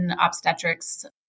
obstetrics